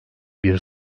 bir